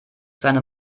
seine